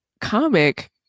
comic